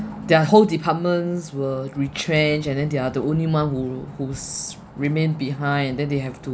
their whole departments were retrenched and then they are the only one who whose remained behind and then they have to